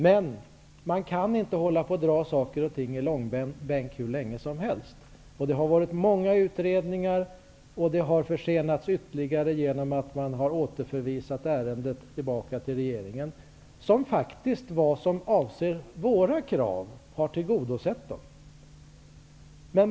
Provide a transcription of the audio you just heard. Men man kan inte dra saker och ting i långbänk hur länge som helst, och det har varit många utredningar. Ärendet har också försenats ytterligare genom att det har återförvisats till regeringen, som faktiskt har tillgodosett våra krav.